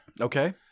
Okay